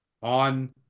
on